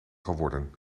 geworden